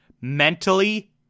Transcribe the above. Mentally